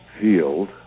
field